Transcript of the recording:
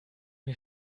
mir